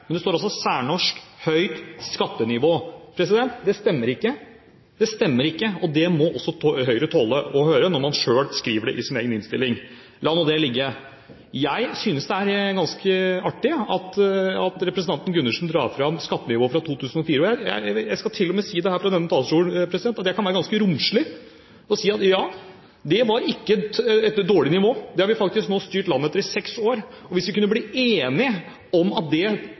men det står også «særnorsk høyt» skattenivå. Det stemmer ikke. Det må også Høyre tåle å høre når man skriver det i sin egen innstilling. La nå det ligge. Jeg synes det er ganske artig at representanten Gundersen drar fram skattenivået fra 2004. Jeg kan til og med fra denne talerstolen være ganske romslig og si at det ikke var et dårlig nivå; det har vi faktisk styrt landet etter i seks år. Hvis vi kunne bli enige om at det